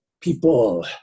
people